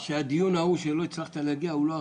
אני מבטיח לך שהדיון ההוא שלא הצלחת להגיע אליו הוא לא האחרון.